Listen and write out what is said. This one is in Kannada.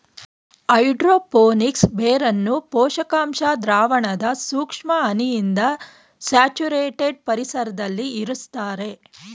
ಹೈಡ್ರೋ ಫೋನಿಕ್ಸ್ ಬೇರನ್ನು ಪೋಷಕಾಂಶ ದ್ರಾವಣದ ಸೂಕ್ಷ್ಮ ಹನಿಯಿಂದ ಸ್ಯಾಚುರೇಟೆಡ್ ಪರಿಸರ್ದಲ್ಲಿ ಇರುಸ್ತರೆ